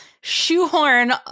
shoehorn